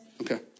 Okay